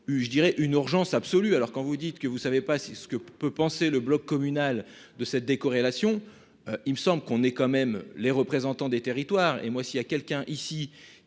je dirais une urgence absolue. Alors quand vous dites que vous savez pas ce que peut penser le bloc communal de cette décorrélation il me semble qu'on est quand même les représentants des territoires et moi s'il y a quelqu'un ici